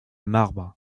marbre